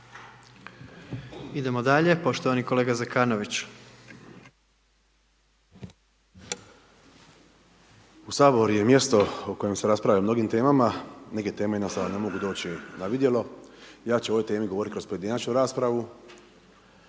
Idemo dalje. Poštovani kolega Zekanović. **Zekanović, Hrvoje (HRAST)** U Sabor je mjesto o kojem se raspravlja o mnogim temama, neke teme jednostavno ne mogu doći na vidjelo, ja ću o ovoj temi govoriti kroz pojedinačnu raspravu,